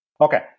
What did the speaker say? Okay